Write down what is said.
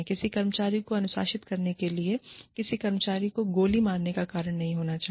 किसी कर्मचारी को अनुशासित करने के लिए किसी कर्मचारी को गोली मारने का कारण नहीं होना चाहिए